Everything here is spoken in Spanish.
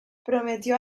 prometió